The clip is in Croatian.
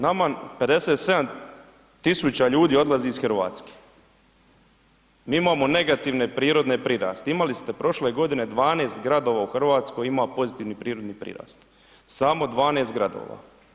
Nama 57.000 ljudi odlazi iz Hrvatske, mi imamo negativni prirodni prirast, imali ste prošle godine 12 gradova u Hrvatskoj ima pozitivni prirodni prirast, samo 12 gradova.